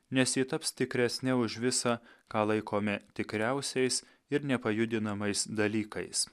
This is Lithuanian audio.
nes ji taps tikresne už visą ką laikome tikriausiais ir nepajudinamais dalykais